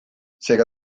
seega